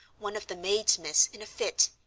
one of the maids, miss, in a fit.